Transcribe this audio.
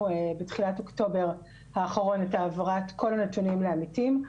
בתחילת אוקטובר האחרון את העברת כל הנתונים לעמיתים.